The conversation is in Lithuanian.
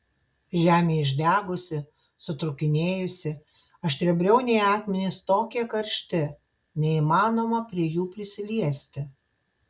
žemė išdegusi sutrūkinėjusi aštriabriauniai akmenys tokie karšti neįmanoma prie jų prisiliesti